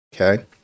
Okay